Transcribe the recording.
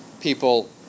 People